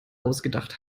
ausgedacht